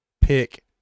pick